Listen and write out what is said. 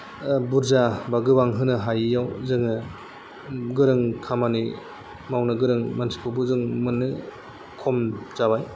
बुरजा बा गोबां होनो हायियाव जोङो गोरों खामानि मावनो गोरों मानसिखौबो जों मोन्नो खम जाबाय